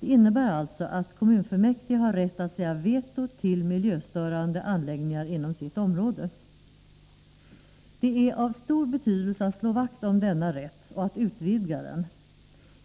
Det innebär alltså att kommunfullmäktige har rätt att säga veto till miljöstörande anläggningar inom sitt område. Det är av stor betydelse att vi slår vakt om och utvidgar denna rätt.